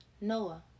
Noah